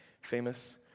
Famous